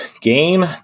Game